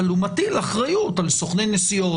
אבל הוא מטיל אחריות על סוכני נסיעות,